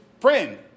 friend